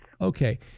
Okay